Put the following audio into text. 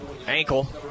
ankle